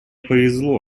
повезло